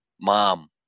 mom